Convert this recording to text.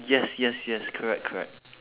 yes yes yes correct correct